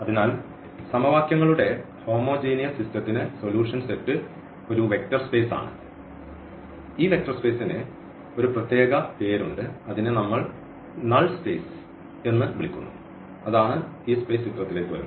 അതിനാൽ സമവാക്യങ്ങളുടെ ഹോമോജിനിയസ് സിസ്റ്റത്തിന് സൊലൂഷൻ സെറ്റ് ഒരു വെക്റ്റർ സ്പേസ് ആണ് ഈ വെക്റ്റർ സ്പെയ്സിന് ഒരു പ്രത്യേക പേര് ഉണ്ട് അതിനെ നമ്മൾനൾ സ്പേസ് എന്ന് വിളിക്കുന്നു അതാണ് ഈ സ്പേസ് ചിത്രത്തിലേക്ക് വരുന്നത്